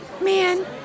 Man